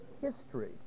history